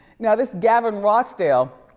now, this gavin rossdale,